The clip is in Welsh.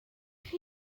chi